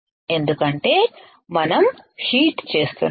ఎందుకంటే మనం హీట్ చేస్తున్నాము